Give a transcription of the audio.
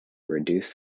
reduce